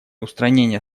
устранения